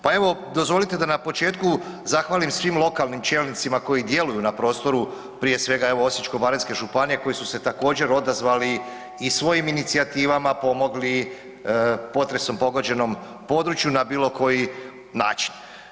Pa evo dozvolite da na početku zahvalim svim lokalnim čelnicima koji djeluju na prostoru prije svega Osječko-baranjske županije koji su se također odazvali i svojim inicijativama pomogli potresom pogođenom području na bilo koji način.